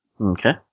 Okay